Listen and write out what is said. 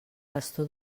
pastor